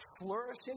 flourishing